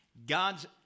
God's